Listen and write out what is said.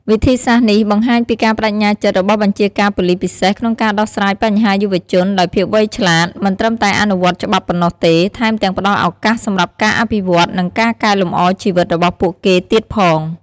វិធីសាស្ត្រនេះបង្ហាញពីការប្តេជ្ញាចិត្តរបស់បញ្ជាការប៉ូលិសពិសេសក្នុងការដោះស្រាយបញ្ហាយុវជនដោយភាពវៃឆ្លាត មិនត្រឹមតែអនុវត្តច្បាប់ប៉ុណ្ណោះទេ ថែមទាំងផ្តល់ឱកាសសម្រាប់ការអភិវឌ្ឍ និងការកែលម្អជីវិតរបស់ពួកគេទៀតផង។